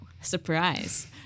Surprise